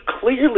clearly